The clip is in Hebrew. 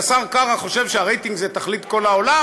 השר קרא חושב שהרייטינג זה תכלית כל העולם,